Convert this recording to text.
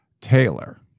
Taylor